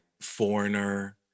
Foreigner